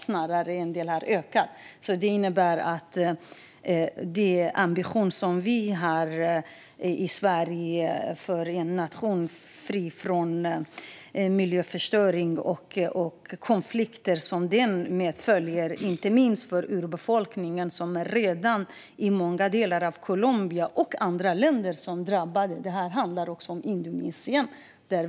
Man kan se att det har fasats ut i Första AP-fonden men inte i de andra. Sverige har ambitionen att bli en fossilfri nation, fri från miljöförstöring och konflikter som följer med det. Inte minst urbefolkningen i många delar av Colombia drabbas redan. Det gäller också i andra länder, till exempel Indonesien.